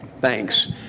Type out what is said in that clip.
thanks